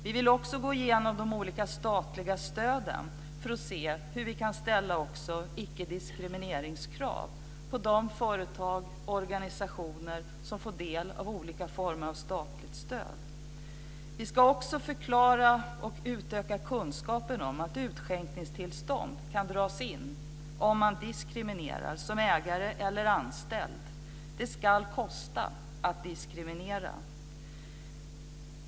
Vi vill också gå igenom de olika statliga stöden för att se hur vi kan ställa icke-diskrimineringskrav på de företag och organisationer som får del av olika former av statligt stöd. Vi ska också förklara och utöka kunskapen om att utskänkningstillstånd kan dras in om man diskriminerar, som ägare eller som anställd. Det ska kosta att diskriminera.